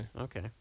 Okay